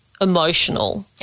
emotional